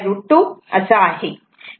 23√ 2 असे आहे